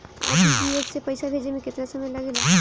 RTGS से पैसा भेजे में केतना समय लगे ला?